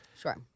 Sure